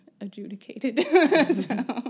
adjudicated